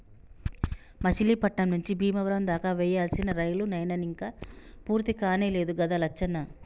మచిలీపట్నం నుంచి బీమవరం దాకా వేయాల్సిన రైలు నైన ఇంక పూర్తికానే లేదు గదా లచ్చన్న